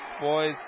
boys